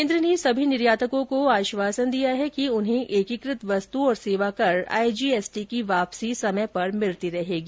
केंद्र ने सभी निर्यातकों को आश्वासन दिया है कि उन्हें एकीकृत वस्तु और सेवा कर आईजीएसटी की वापसी समय पर मिलती रहेगी